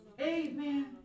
amen